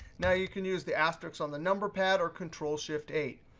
now, you can use the asterisk on the number pad or control shift eight.